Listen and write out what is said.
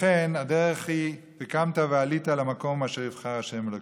ולכן הדרך היא: "וקמת ועלית למקום אשר יבחר ה' אלוקיך".